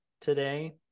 today